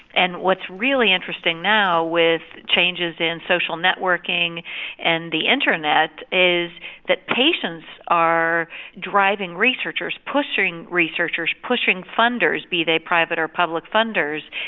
and what's really interesting now with changes in social networking and the internet is that patients are driving researchers, pushing researchers, pushing funders, be they private or public funders,